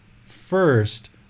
first